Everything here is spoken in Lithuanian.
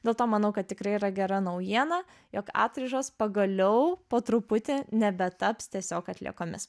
dėl to manau kad tikrai yra gera naujiena jog atraižos pagaliau po truputį nebetaps tiesiog atliekomis